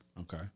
Okay